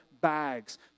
bags